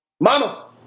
Mama